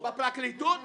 בפרקליטות?